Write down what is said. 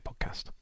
podcast